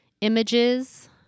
images